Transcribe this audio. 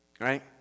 Right